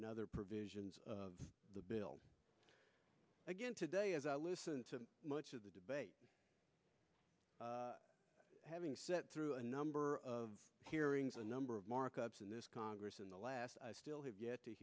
other provisions of the bill again today as i listen to much of the debate having sat through a number of hearings a number of markups in this congress in the last i still have yet to